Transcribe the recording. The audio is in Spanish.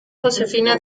josefina